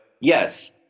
yes